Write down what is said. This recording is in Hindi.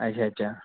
अच्छा अच्छा